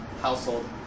household